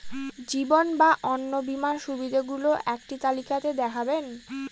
জীবন বা অন্ন বীমার সুবিধে গুলো একটি তালিকা তে দেখাবেন?